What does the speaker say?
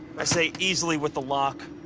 i say easily, with the lock,